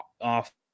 off